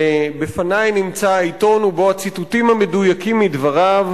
בפני נמצא העיתון ובו הציטוטים המדויקים מדבריו,